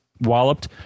walloped